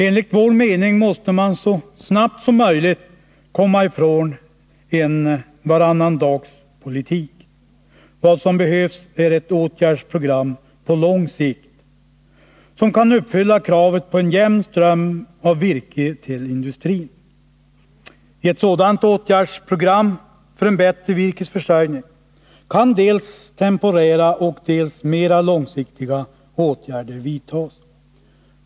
Enligt vår mening måste man så snabbt som möjligt komma ifrån en varannandagspolitik. Vad som behövs är ett åtgärdsprogram på lång sikt, som kan uppfylla kravet på en jämn ström av virke till industrin. I ett sådant åtgärdsprogram för en bättre virkesförsörjning kan dels temporära, dels mera långsiktiga åtgärder vidtas.